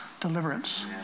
deliverance